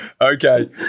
Okay